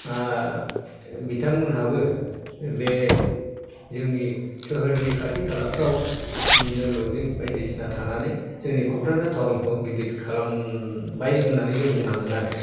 ओह बिथांमोनहाबो बे जोंनि सोहोरनि खाथि खालाफ्राव बिदिनो लजिं बायदिसिना थानानै जोंनि क'क्राझार थाउनखौ गिदित खालामबाय होननानै जों बुंनांगोन आरो